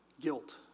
guilt